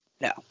no